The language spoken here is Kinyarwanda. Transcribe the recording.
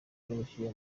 n’ubushyuhe